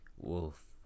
Wolf